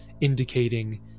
indicating